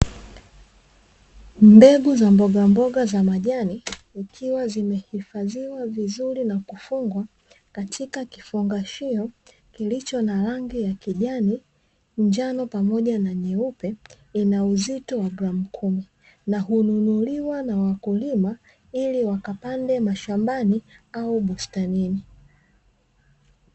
Mbegu za mbogamboga za majani, zikiwa zimehifadhiwa vizuri na kufungwa katika kifungashio kilicho na rangi ya kijani, njano pamoja na nyeupe ina uzito wa gramu 10, na hununuliwa na wakulima ili wakapande mashambani au bustanini.